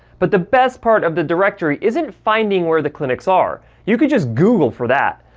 but the best part of the directory isn't finding where the clinics are you could just google for that.